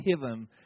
heaven